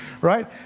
right